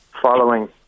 following